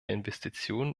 investitionen